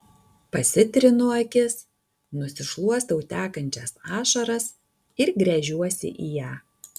pasitrinu akis nusišluostau tekančias ašaras ir gręžiuosi į ją